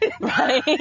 Right